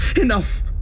Enough